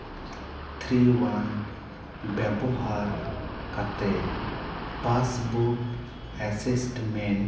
three ᱚᱣᱟᱱ ᱵᱮᱵᱚᱦᱟᱨ ᱠᱟᱛᱮ ᱯᱟᱥᱵᱩᱠ ᱮᱥᱮᱥᱴᱢᱮᱱᱴ